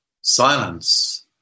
silence